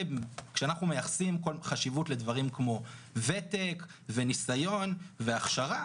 כשאנחנו מייחסים חשיבות לדברים כמו ותק וניסיון והכשרה,